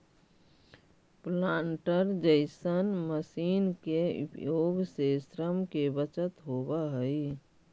planter जईसन machine के उपयोग से श्रम के बचत होवऽ हई